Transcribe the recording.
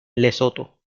lesoto